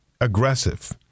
aggressive